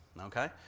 Okay